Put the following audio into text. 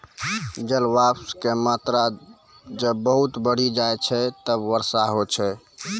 जलवाष्प के मात्रा जब बहुत बढ़ी जाय छै तब वर्षा होय छै